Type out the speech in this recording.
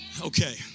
Okay